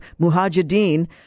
Mujahideen